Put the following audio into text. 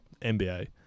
NBA